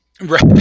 right